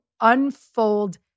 unfold